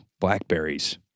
blackberries